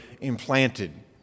implanted